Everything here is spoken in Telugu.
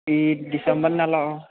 ఈ డిసెంబర్ నెల